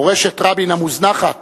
מורשת רבין המוזנחת,